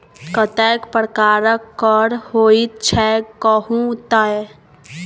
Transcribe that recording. कतेक प्रकारक कर होइत छै कहु तए